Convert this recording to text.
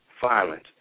violence